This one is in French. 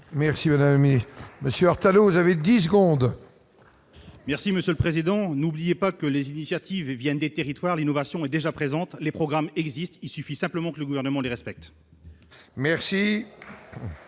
Merci mon ami Monsieur Hart, alors vous avez dit seconde. Merci monsieur le président, n'oubliez pas que les initiatives viennent des territoires, l'innovation est déjà présente les programmes existent, il suffit simplement que le gouvernement les respecte. Merci,